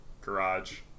garage